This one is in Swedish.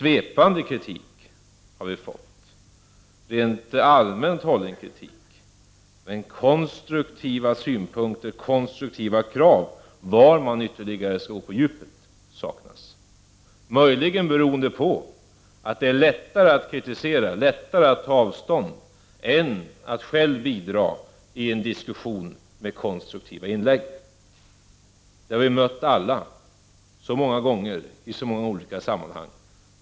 Vi har fått höra svepande och rent allmänt hållen kritik. Men konstruktiva synpunkter och krav på var man ytterligare skall gå in på djupet saknas. Möjligen beror det på att det är lättare att kritisera och ta avstånd än att själv bidra med konstruktiva förslag i en diskussion. Det är något som vi alla har mött många gånger i skilda sammanhang.